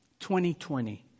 2020